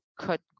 cut